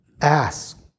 Ask